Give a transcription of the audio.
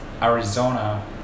Arizona